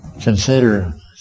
consider